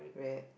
red